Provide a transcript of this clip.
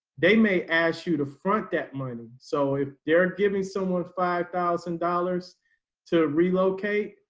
they may ask you to front that money. so if they're giving someone five thousand dollars to relocate,